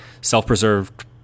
self-preserved